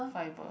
fibre